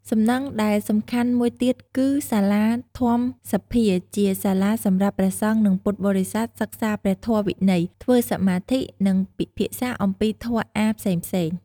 សំណង់ដែលសំខាន់មួយទៀតគឺសាលាធម្មសភាជាសាលាសម្រាប់ព្រះសង្ឃ និងពុទ្ធបរិស័ទសិក្សាព្រះធម៌វិន័យ ធ្វើសមាធិ និងពិភាក្សាអំពីធម៌អាថ៌ផ្សេងៗ។